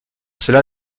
cela